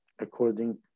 according